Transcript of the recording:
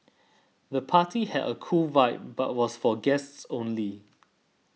the party had a cool vibe but was for guests only